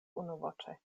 unuvoĉe